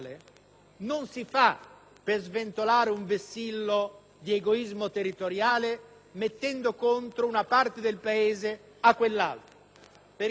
non si fa per sventolare un vessillo di egoismo territoriale mettendo una parte del Paese contro un'altra,